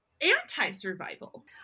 anti-survival